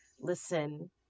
listen